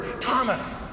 Thomas